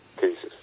cases